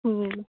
ਹਮ